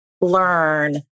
learn